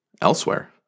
elsewhere